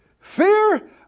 Fear